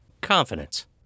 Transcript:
confidence